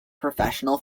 professional